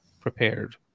prepared